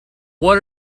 what